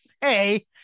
Hey